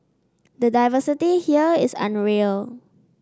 the diversity here is unreal